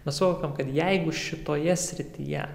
mes suvokiam kad jeigu šitoje srityje